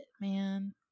man